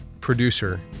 producer